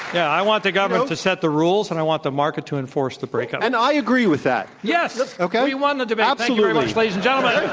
yeah i want the government to set the rules and i want the market to enforce the breakup. and i agree with that. yes. okay? we won the debate. thank you very much, ladies and gentleman.